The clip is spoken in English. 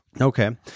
Okay